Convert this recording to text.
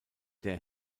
der